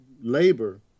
labor